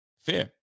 Fair